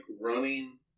running